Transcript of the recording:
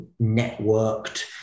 networked